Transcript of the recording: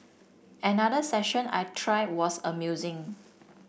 another session I tried was amusing